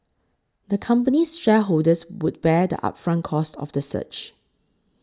the company's shareholders would bear the upfront costs of the search